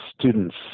students